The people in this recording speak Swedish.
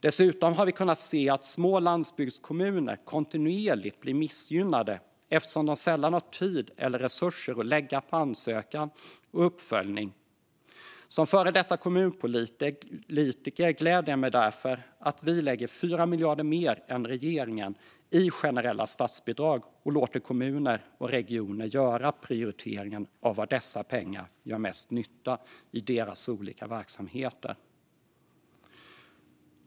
Dessutom har vi kunnat se att små landsbygdskommuner kontinuerligt blir missgynnade eftersom de sällan har tid eller resurser att lägga på ansökan och uppföljning. Som före detta kommunpolitiker gläder jag mig därför åt att vi lägger 4 miljarder mer än regeringen i generella statsbidrag och låter kommuner och regioner göra prioriteringen av var dessa pengar gör mest nytta i deras olika verksamheter.